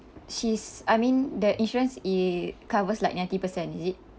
she's I mean the insurance it covers like ninety percent is it